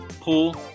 pool